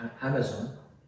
Amazon